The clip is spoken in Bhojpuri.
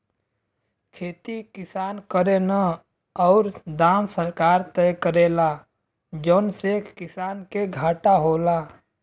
खेती किसान करेन औरु दाम सरकार तय करेला जौने से किसान के घाटा होला